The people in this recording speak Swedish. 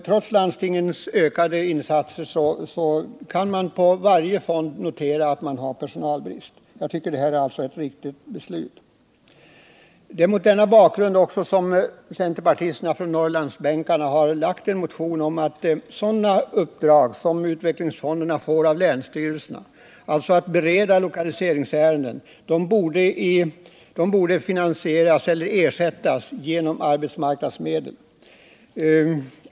Trots landstingens ökade insatser kan man på varje fond notera personalbrist. Det är alltså ett riktigt beslut. Det är mot denna bakgrund som centerpartisterna på Norrlandsbänkarna har väckt en motion om att sådana uppdrag som utvecklingsfonderna får av länsstyrelserna, dvs. beredning av lokaliseringsärenden, bör ersättas med arbetsmarknadsmedel.